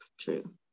true